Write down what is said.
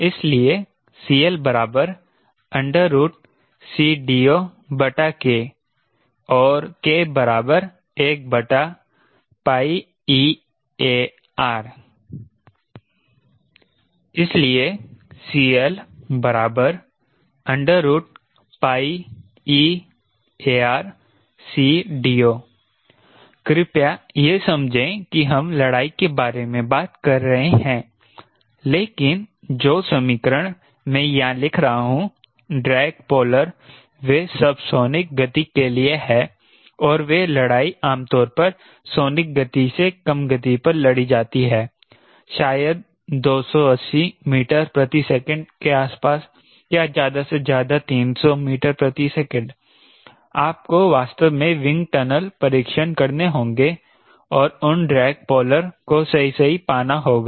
इसलिए CL CDOK and K 1eAR इसलिए CL eARCDO कृपया यह समझें कि हम लड़ाई के बारे में बात कर रहे हैं लेकिन जो समीकरण मैं यहां लिख रहा हूं ड्रैग पोलर वे सबसोनिक गति के लिए हैं और वे लड़ाई आमतौर पर सोनिक गति से कम गति पर लड़ी जाती है शायद 280 मीटर प्रति सेकंड के आसपास या ज्यादा से ज्यादा 300 मीटर प्रति सेकंड आपको वास्तव में विंड टनल परीक्षण करने होंगे और उन ड्रैग पोलर को सही सही पाना होगा